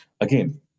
Again